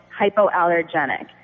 hypoallergenic